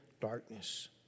darkness